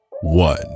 one